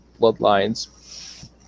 bloodlines